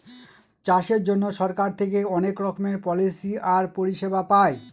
চাষের জন্য সরকার থেকে অনেক রকমের পলিসি আর পরিষেবা পায়